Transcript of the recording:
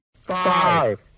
Five